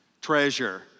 treasure